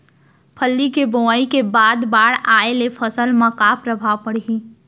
फल्ली के बोआई के बाद बाढ़ आये ले फसल मा का प्रभाव पड़ही?